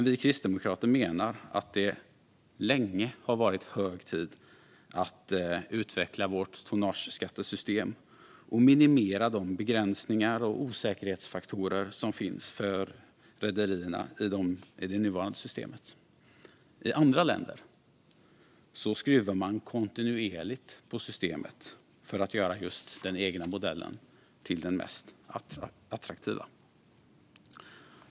Vi kristdemokrater menar att det länge har varit hög tid att utveckla Sveriges tonnageskattesystem och minimera de begränsningar och osäkerhetsfaktorer som finns för rederierna i det nuvarande systemet. I andra länder skruvar man kontinuerligt på systemet för att göra just den egna modellen till den mest attraktiva.